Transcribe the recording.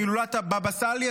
הילולת הבאבא סאלי,